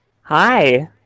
Hi